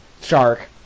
Shark